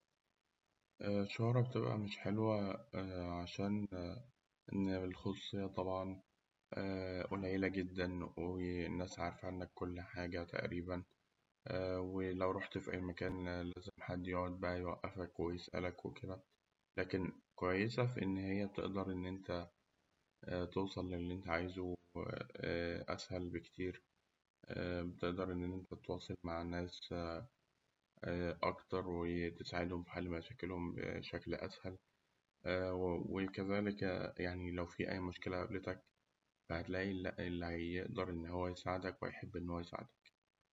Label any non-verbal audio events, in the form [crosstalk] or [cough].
الشهرة بتبقى مش حلوة [hesitation] عشان [hesitation] إن الخصوصية طبعاً قليلة جداً [hesitation] والناس عارفة عنك كل حاجة تقريباً، ولو رحت في أي مكان لازم حد بقى يقعد يوقفك ويسألك وكده، لكن كويسة في إن بتقدر إن أنت توصل للي أنت عايزه [hesitation] أسهل بكتير. تقدر إن أنت تتواصل مع الناس أكتر، وتساعدهم في حل مشاكلهم بشكل أسهل، وكذلك لو في أي مشكلة قابلتك هتلاقي اللي هيقدر ي- إنه يساعدك ويحب إن هو يساعدك.